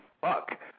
Fuck